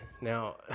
now